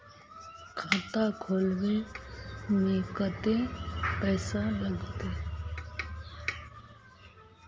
खाता खोलबे में कते पैसा लगते?